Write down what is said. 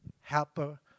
helper